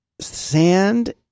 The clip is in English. Sand